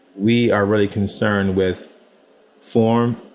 we are really concerned with form.